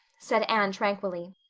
said anne tranquilly.